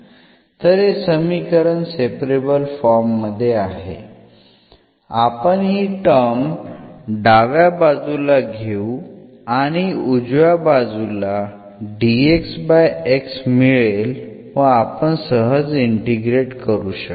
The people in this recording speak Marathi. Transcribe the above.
तर हे समीकरण सेपरेबल फॉर्म मध्ये आहे आपण ही टर्म डाव्या बाजूला घेऊ आणि उजव्या बाजूला मिळेल व आपण सहज इंटिग्रेट करू शकू